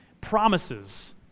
promises